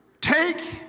Take